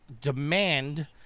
demand